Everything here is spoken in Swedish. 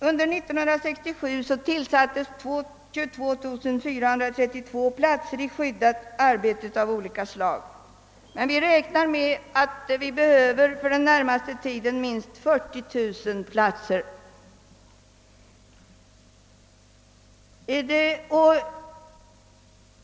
Under 1967 tillsattes 22432 platser i skyddat arbete av olika slag, men vi räknar med att den närmaste tiden behöva minst 40 000 platser.